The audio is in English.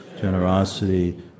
generosity